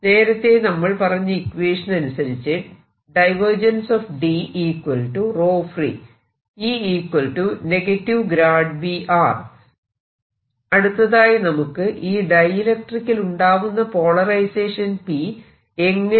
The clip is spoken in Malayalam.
നേരത്തെ നമ്മൾ പറഞ്ഞ ഇക്വേഷൻ അനുസരിച്ച് അടുത്തതായി നമുക്ക് ഈ ഡൈഇലക്ട്രിക്കിലുണ്ടാകുന്ന പോളറൈസേഷൻ P എങ്ങനെ